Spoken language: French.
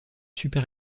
super